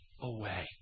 away